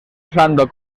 usando